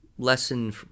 Lesson